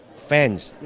fans.